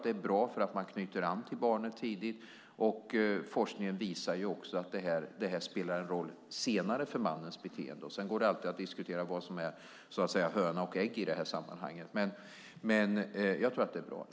Det är bra därför att man knyter an till barnet tidigt. Forskningen visar också att det spelar en roll senare för mannens beteende. Sedan går det alltid att diskutera vad som är hönan och ägget i det sammanhanget. Men jag tror att det är bra.